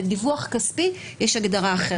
לדיווח כספי יש הגדרה אחרת.